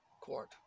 Court